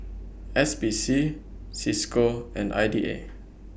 S P C CISCO and I D A